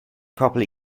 properly